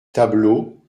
tableaux